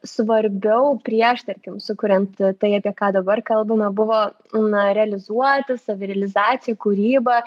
svarbiau prieš tarkim sukuriant tai apie ką dabar kalbame buvo na realizuoti savirealizacija kūryba